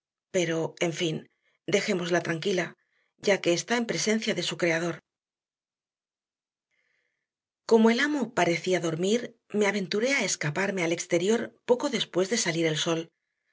pero en fin dejémosla tranquila que ya está en presencia de su creador como el amo parecía dormir me aventuré a escaparme al exterior poco después de salir el sol